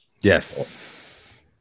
yes